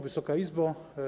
Wysoka Izbo!